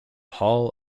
hall